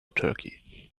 turkey